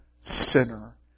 sinner